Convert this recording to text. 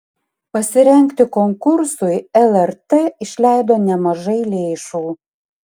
pasirengti konkursui lrt išleido nemažai lėšų